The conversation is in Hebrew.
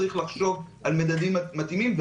צריך לחשוב על מדדים מתאימים,